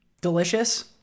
Delicious